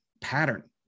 pattern